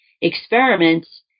experiments